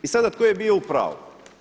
I sada tko je bio u pravu?